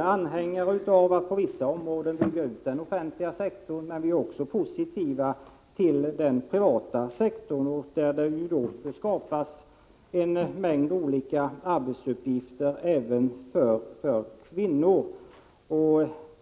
anhängare av att på vissa områden bygga ut den offentliga sektorn, men vi är också positiva till den privata sektorn, där det kan skapas en mängd olika uppgifter även för kvinnor.